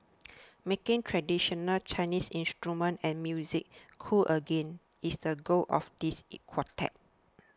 making traditional Chinese instruments and music cool again is the goal of this quartet